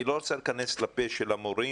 אני לא רוצה להיכנס לפה של המורים.